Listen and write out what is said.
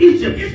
Egypt